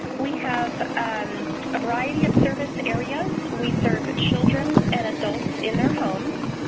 we have a variety of service areas. we serve children and adults in their homes.